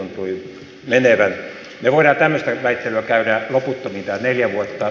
me voimme tämmöistä väittelyä käydä loputtomiin nämä neljä vuotta